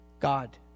god